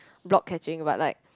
block catching but like